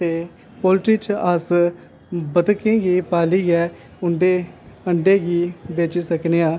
ते पोल्ट्री च अस बतखें गी पालियै उंदे अस बेची सकने आं